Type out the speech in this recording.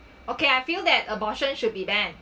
okay I feel that abortion should be banned